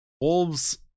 Wolves